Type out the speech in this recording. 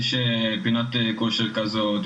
יש פינת כושר כזאת,